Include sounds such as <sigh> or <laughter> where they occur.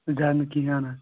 زیادٕ نہٕ کِہیٖنۍ <unintelligible>